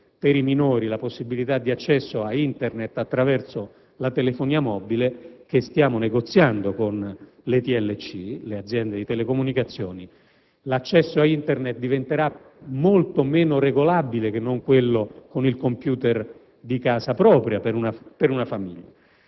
per i minori la possibilità di accesso a Internet attraverso la telefonia mobile, che stiamo negoziando con le aziende di telecomunicazione, è evidente che l'accesso a Internet diventerà molto meno regolabile che non quello attraverso il *computer* di casa propria per una famiglia.